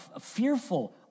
fearful